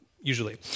usually